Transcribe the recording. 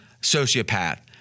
sociopath